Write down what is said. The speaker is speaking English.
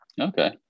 Okay